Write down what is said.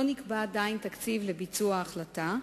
לא נקבע עדיין תקציב לביצוע ההחלטה,